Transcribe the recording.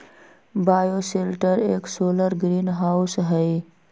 bioshelter एक solar greenhouse हई